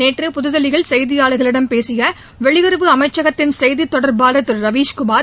நேற்று புதுதில்லியில் செய்தியாளர்களிடம் பேசிய வெளியுறவு அமைச்சகத்தின் செய்தி தொடர்பாளர் திரு ரவீஷ் குமார்